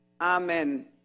Amen